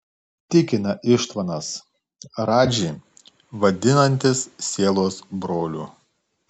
tikina ištvanas radžį vadinantis sielos broliu